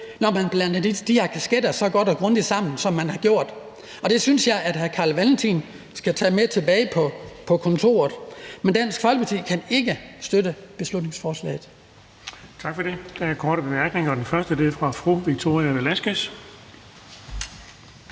at man blander de her kasketter så godt og grundigt sammen, som man har gjort. Det synes jeg at hr. Carl Valentin skal tage med tilbage på kontoret. Dansk Folkeparti kan ikke støtte beslutningsforslaget.